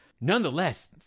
nonetheless